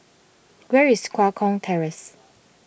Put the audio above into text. where is Tua Kong Terrace